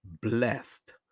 Blessed